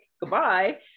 goodbye